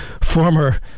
former